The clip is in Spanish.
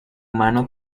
mano